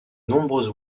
nombreuses